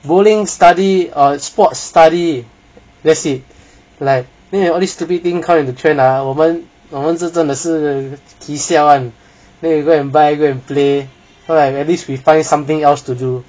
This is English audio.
bowling study or sports study thats it like then all these stupid thing come to train ah 我们我们真的是 ki siao [one] then we go and buy go and play then at least like we find something else to do